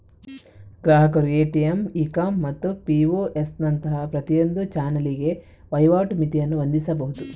ಗ್ರಾಹಕರು ATM, e com ಮತ್ತು POS ನಂತಹ ಪ್ರತಿಯೊಂದು ಚಾನಲಿಗೆ ವಹಿವಾಟು ಮಿತಿಯನ್ನು ಹೊಂದಿಸಬಹುದು